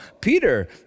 Peter